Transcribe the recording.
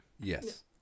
Yes